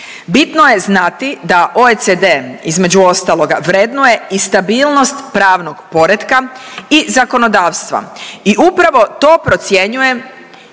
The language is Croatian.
bitno je znati da OECD između ostaloga, vrednuje i stabilnost pravnog poretka i zakonodavstva i upravo to procjenjuje